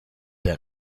der